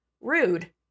rude